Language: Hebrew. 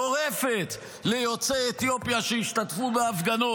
גורפת, ליוצאי אתיופיה שהשתתפו בהפגנות.